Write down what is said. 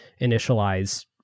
Initialize